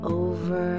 over